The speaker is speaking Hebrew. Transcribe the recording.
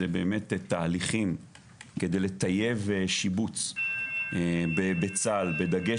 זה באמת התהליכים כדי לטייב שיבוץ בצה"ל בדגש